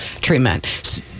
treatment